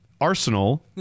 Arsenal